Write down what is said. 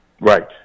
Right